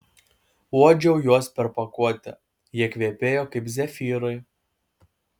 uodžiau juos per pakuotę jie kvepėjo kaip zefyrai